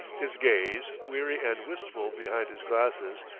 his gaze, weary and wistful behind his glasses,